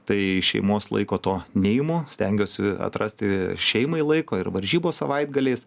tai šeimos laiko to neimu stengiuosi atrasti šeimai laiko ir varžybos savaitgaliais